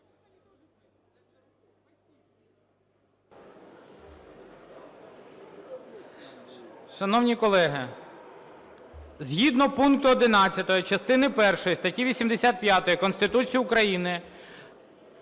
Шановні колеги, згідно пункту 11 частини першої статті 85 Конституції України,